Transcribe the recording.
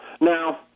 Now